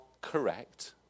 correct